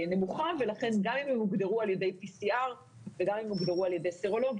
נמוכה ולכן גם אם הם הוגדרו על ידי PCR וגם אם הוגדרו על ידי סרולוגיה,